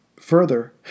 Further